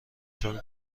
چون